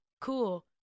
cool